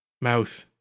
Mouth